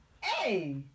hey